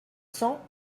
cent